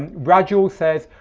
rajul says,